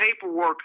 paperwork